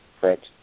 correct